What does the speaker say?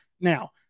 Now